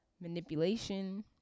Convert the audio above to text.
manipulation